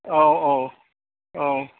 औ औ औ